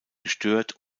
gestört